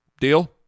Deal